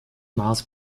miles